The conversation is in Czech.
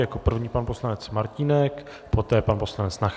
Jako první pan poslanec Martínek, poté pan poslanec Nacher.